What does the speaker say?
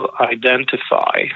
identify